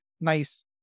NICE